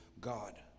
God